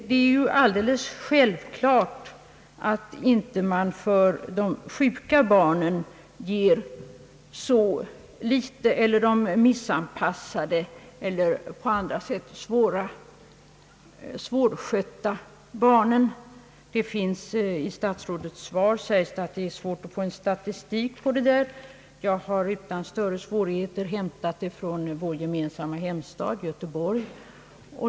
Det är alldeles självklart att man för sjuka, missanpassade eller på annat sätt svårskötta barn inte betalar så låg ersättning. I statsrådets svar sägs det att det är svårt att få någon statistik i denna fråga. Jag har utan svårigheter hämtat sådana uppgifter från vår gemensamma hemstad Göteborg.